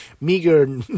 meager